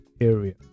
area